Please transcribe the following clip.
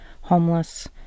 homeless